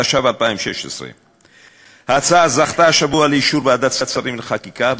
התשע"ו 2016. ההצעה זכתה השבוע לאישור ועדת השרים לחקיקה,